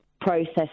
process